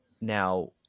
Now